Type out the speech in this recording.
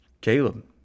Caleb